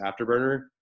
afterburner